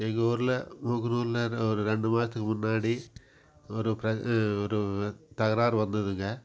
எங்கள் ஊரில் ஒரு ரெண்டு மாதத்துக்கு முன்னாடி ஒரு ஒரு பிர ஒரு தகராறு வந்ததுங்க